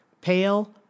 Pale